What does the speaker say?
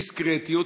דיסקרטיות.